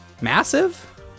massive